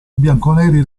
bianconeri